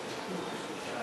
חוק